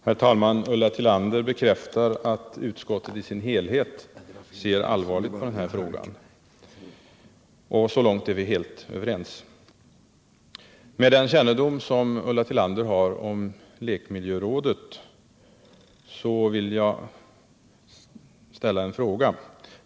Herr talman! Ulla Tillander bekräftar att utskottet i sin helhet ser allvarligt på denna fråga, och så långt är vi helt överens. Med hänsyn till den kännedom 53 som Ulla Tillander har om lekmiljörådet vill jag ställa en fråga.